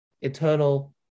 eternal